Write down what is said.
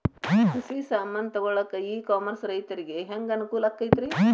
ಕೃಷಿ ಸಾಮಾನ್ ತಗೊಳಕ್ಕ ಇ ಕಾಮರ್ಸ್ ರೈತರಿಗೆ ಹ್ಯಾಂಗ್ ಅನುಕೂಲ ಆಕ್ಕೈತ್ರಿ?